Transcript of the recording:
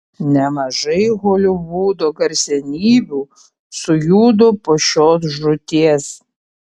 nemažai holivudo garsenybių sujudo po šios žūties